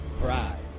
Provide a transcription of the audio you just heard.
Pride